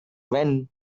went